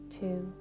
two